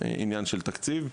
עניין של תקציב.